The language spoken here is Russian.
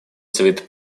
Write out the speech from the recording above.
совет